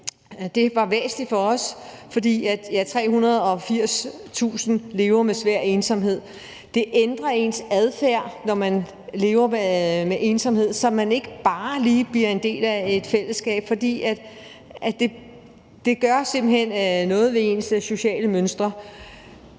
Det var væsentligt for os, fordi 380.000 lever med svær ensomhed. Det ændrer ens adfærd, når man lever med ensomhed, så man ikke bare lige bliver en del af et fællesskab, for det gør simpelt hen noget ved ens sociale mønstre.